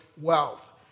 wealth